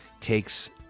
takes